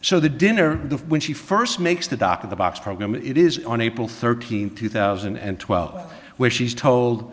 so the dinner when she first makes the doc in the box program it is on april thirteenth two thousand and twelve where she's told